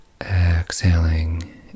Exhaling